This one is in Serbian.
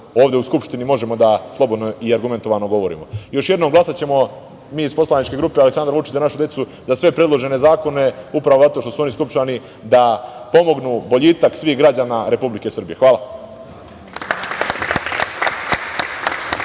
ovde u Skupštini možemo da slobodno i argumentovano govorimo. Još jednom, mi iz poslaničke grupe „Aleksandar Vučić – Za našu decu“ glasaćemo za sve predložene zakone, upravo zato što su oni stvoreni da pomognu boljitak svih građana Republike Srbije. Hvala.